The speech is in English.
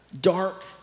dark